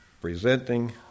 presenting